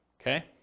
Okay